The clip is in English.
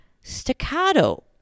staccato